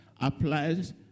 applies